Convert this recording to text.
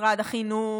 משרד החינוך,